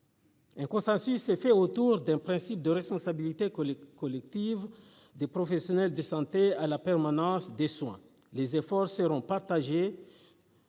Un consensus s'est fait autour d'un principe de responsabilité que collective des professionnels de santé à la permanence des soins les efforts seront partagés.